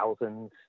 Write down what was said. thousands